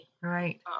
Right